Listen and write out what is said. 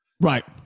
Right